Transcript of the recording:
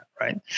right